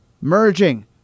merging